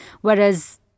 whereas